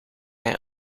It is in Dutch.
hij